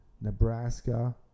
Nebraska